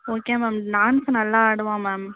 okay ma'am dance நல்லா ஆடுவான் ma'am